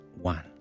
one